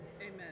Amen